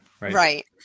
right